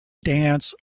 dance